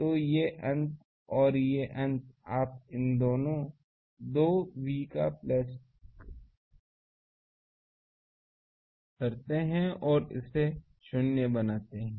तो ये अंत और ये अंत आप इन दो v का प्लस इसे शून्य बनाते हैं